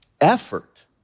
effort